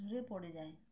পড়ে যায়